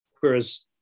whereas